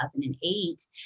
2008